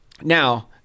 Now